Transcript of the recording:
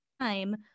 time